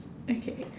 okay